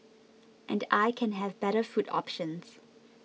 and I can have better food options